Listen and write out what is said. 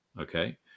okay